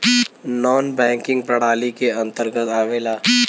नानॅ banking प्रणाली के अंतर्गत आवेला